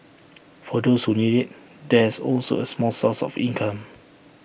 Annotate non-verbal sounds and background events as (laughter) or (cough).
(noise) for those who need IT there is also A small source of income